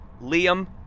Liam